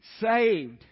saved